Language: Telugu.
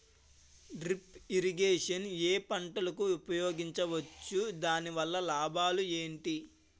డ్రిప్ ఇరిగేషన్ ఏ పంటలకు ఉపయోగించవచ్చు? దాని వల్ల లాభాలు ఏంటి?